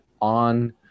on